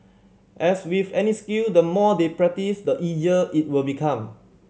as with any skill the more they practise the easier it will become